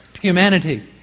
humanity